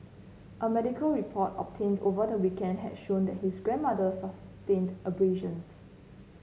a medical report obtained over the weekend has showed his grandmother sustained abrasions